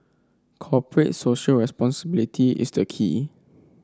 corporate Social Responsibility is the key